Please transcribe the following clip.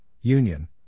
union